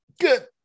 Good